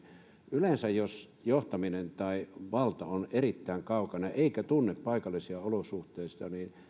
yleensä jos johtaminen tai valta on erittäin kaukana eikä tunne paikallisia olosuhteita niin